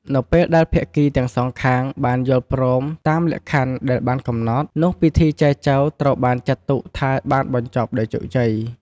នៅពេលដែលភាគីទាំងសងខាងបានយល់ព្រមតាមលក្ខខណ្ឌដែលបានកំណត់ នោះពិធីចែចូវត្រូវបានចាត់ទុកថាបានបញ្ចប់ដោយជោគជ័យ។